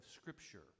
Scripture